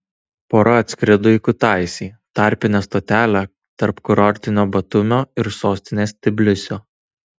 pora atskrido į kutaisį tarpinę stotelę tarp kurortinio batumio ir sostinės tbilisio